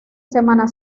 semana